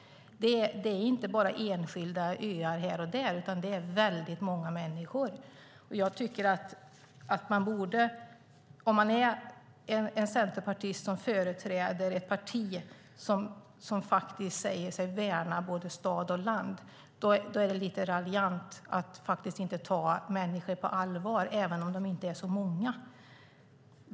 Det är inte bara enskilda öar här och där, utan det är väldigt många människor. Det är lite raljant av en centerpartist, som företräder ett parti som säger sig värna både stad och land, att inte ta människor på allvar, även om de inte är så många.